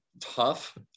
tough